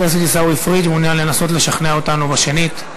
חבר הכנסת עיסאווי פריג' מעוניין לנסות לשכנע אותנו בשנית.